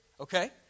Okay